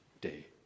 day